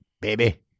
baby